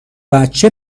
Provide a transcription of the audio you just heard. بچه